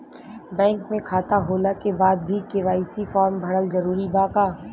Bank में खाता होला के बाद भी के.वाइ.सी फार्म भरल जरूरी बा का?